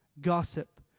Gossip